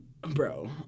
bro